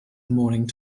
morning